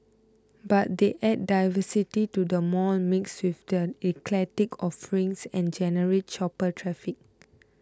but they add diversity to the mall mix with their eclectic offerings and generate shopper traffic